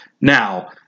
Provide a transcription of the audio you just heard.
Now